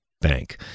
Bank